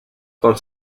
con